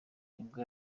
nibwo